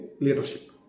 leadership